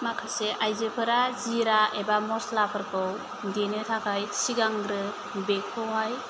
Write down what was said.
माखासे आयजोफोरा जिरा एबा मस्लाफोरखौ देनो थाखाय सिगांग्रो बेखौहाय